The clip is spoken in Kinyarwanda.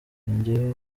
yongeyeho